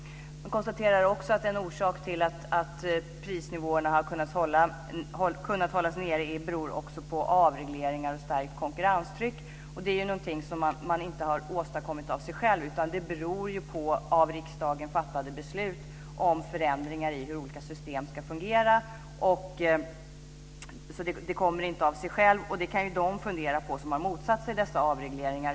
Vi konstaterar också att andra orsaker till att prisnivåerna har kunnat hållas nere är avregleringar och starkt konkurrenstryck. Det är inte något som man har åstadkommit av sig själv utan det beror på av riksdagen fattade beslut om förändringar av hur olika system ska fungera. Det kommer alltså inte av sig självt, och det kan ju de fundera på som har motsatt sig dessa avregleringar.